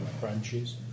branches